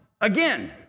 again